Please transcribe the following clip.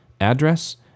address